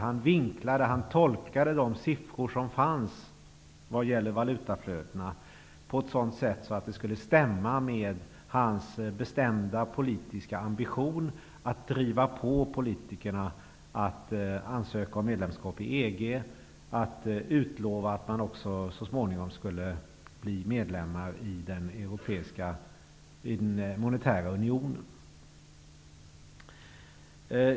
Han vinklade och tolkade de siffror som fanns vad gällde valutaflödena på ett sådant sätt att de skulle stämma med hans bestämda politiska ambition att driva på politikerna att ansöka om medlemskap i EG och utlova att Sverige också så småningom skulle bli medlem i den europeiska monetära unionen.